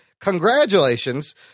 Congratulations